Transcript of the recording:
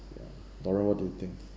ya dora what do you think